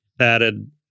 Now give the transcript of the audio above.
added